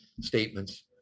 statements